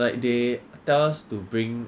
like they tell us to bring